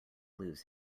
lose